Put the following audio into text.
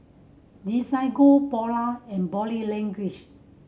Desigual Polar and Body Language